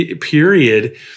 period